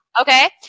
Okay